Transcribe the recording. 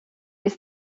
ist